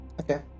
Okay